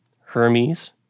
Hermes